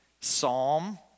psalm